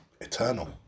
eternal